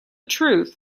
truth